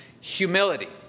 humility